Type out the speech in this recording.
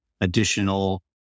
additional